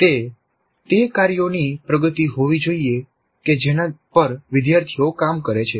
તે તે કાર્યોની પ્રગતિ હોવી જોઈએ કે જેના પર વિદ્યાર્થીઓ કામ કરે છે